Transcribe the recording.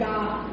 God